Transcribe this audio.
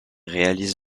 réalise